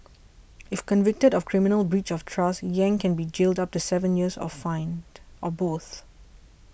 if convicted of criminal breach of trust Yang can be jailed up to seven years or fined or both